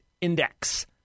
Index